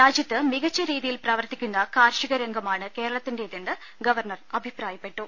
രാജ്യത്ത് മികച്ച രീതിയിൽ പ്രവർത്തിക്കുന്ന കാർഷിക രംഗ മാണ് കേരളത്തിന്റേതെന്ന് ഗവർണർ അഭിപ്രായപ്പെട്ടു